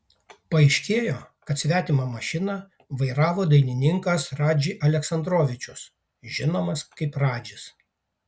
paaiškėjo kad svetimą mašiną vairavo dainininkas radži aleksandrovičius žinomas kaip radžis